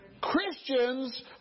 Christians